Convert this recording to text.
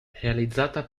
realizzata